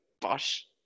Bosh